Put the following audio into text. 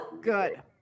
good